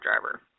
Driver